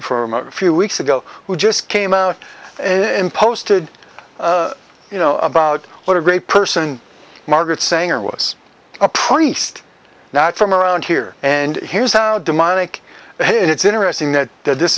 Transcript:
from a few weeks ago who just came out in posted you know about what a great person margaret sanger was a priest not from around here and here's how demonic hit it's interesting that that this